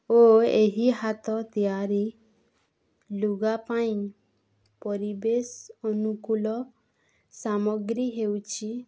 ଓ ଏହି ହାତ ତିଆରି ଲୁଗା ପାଇଁ ପରିବେଶ ଅନୁକୂଳ ସାମଗ୍ରୀ ହେଉଛି